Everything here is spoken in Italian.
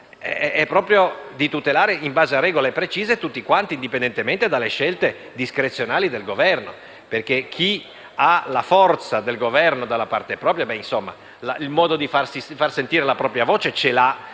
proprio tutelare, in base a regole precise, tutti quanti, indipendentemente dalle scelte discrezionali del Governo. Tra l'altro, chi ha la forza del Governo dalla propria parte il modo di far sentire la propria voce ce l'ha